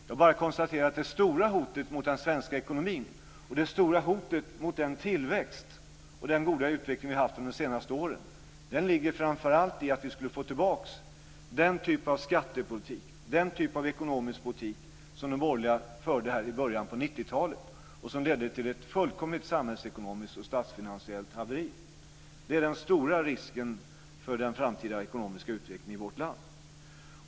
Jag konstaterar bara att det stora hotet mot den svenska ekonomin och mot den tillväxt och goda utveckling vi haft under de senaste åren ligger framför allt i att vi skulle få tillbaka den typ av skattepolitik och ekonomisk politik som de borgerliga förde i början av 1990-talet. Det ledde till ett samhällsekonomiskt och statsfinansiellt haveri. Det är den stora risken för den framtida ekonomiska utvecklingen i vårt land.